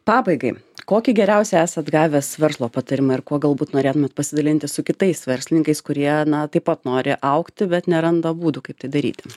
pabaigai kokį geriausią esat gavęs verslo patarimą ir kuo galbūt norėtumėt pasidalinti su kitais verslininkais kurie na taip pat nori augti bet neranda būdų kaip tai daryti